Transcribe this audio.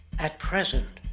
at present,